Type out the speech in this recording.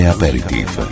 Aperitif